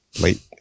late